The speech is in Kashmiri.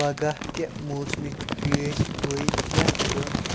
پَگاہ کہِ موسمٕچ پیش گویی کیٛاہ چھُ